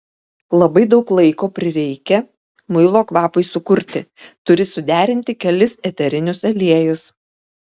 labai daug laiko prireikia muilo kvapui sukurti turi suderinti kelis eterinius aliejus